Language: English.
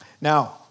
Now